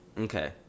Okay